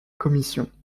commission